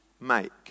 make